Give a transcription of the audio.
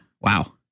Wow